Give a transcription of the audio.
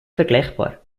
vergleichbar